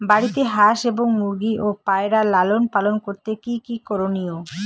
বাড়িতে হাঁস এবং মুরগি ও পায়রা লালন পালন করতে কী কী করণীয়?